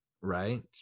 right